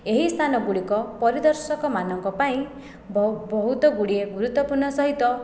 ଏହି ସ୍ଥାନଗୁଡ଼ିକ ପରିଦର୍ଶକମାନଙ୍କ ପାଇଁ ବ ବହୁତ ଗୁଡ଼ିଏ ଗୁରୁତ୍ଵପୂର୍ଣ୍ଣ ସହିତ